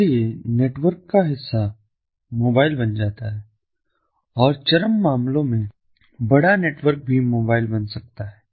इसलिए नेटवर्क का हिस्सा मोबाइल बन जाता है और चरम मामलों में बड़ा नेटवर्क भी मोबाइल बन सकता है